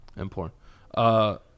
Important